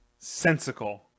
sensical